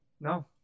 No